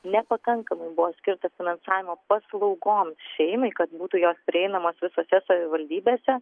nepakankamai buvo skirta finansavimo paslaugoms šeimai kad būtų jos prieinamos visose savivaldybėse